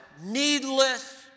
needless